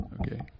okay